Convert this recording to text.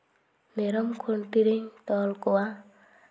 ᱢᱮᱨᱚᱢ ᱠᱷᱩᱱᱴᱤ ᱨᱤᱧ ᱛᱚᱞ ᱠᱚᱣᱟ